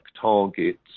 targets